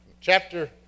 Chapter